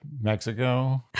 Mexico